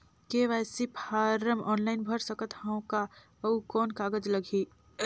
KYC form online भर सकत हवं का? अउ कौन कागज लगही?